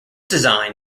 design